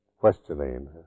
Questioning